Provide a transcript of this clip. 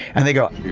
and they go.